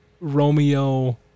Romeo